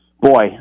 Boy